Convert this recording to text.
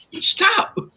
stop